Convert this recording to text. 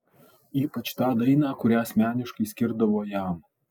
ypač tą dainą kurią asmeniškai skirdavo jam